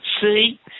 See